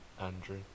Andrew